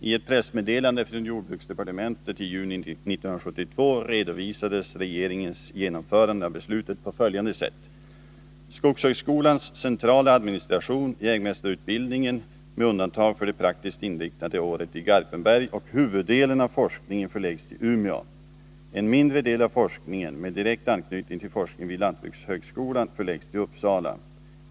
I ett pressmeddelande från jordbruksdepartementet i juni 1972 redovisades regeringens genomförande av beslutet på följande sätt: ”Skogshögskolans centrala administration, jägmästareutbildningen — med undantag för det praktiskt inriktade året i Garpenberg — och huvuddelen av forskningen förläggs till Umeå. En mindre del av forskningen, med direkt anknytning till forskningen vid lantbrukshögskolan förläggs till Uppsala.